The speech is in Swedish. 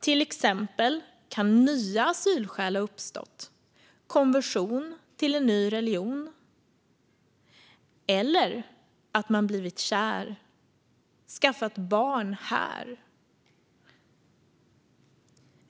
Till exempel kan nya asylskäl ha uppstått, såsom konversion till en ny religion eller att man blivit kär och skaffat barn här.